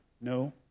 No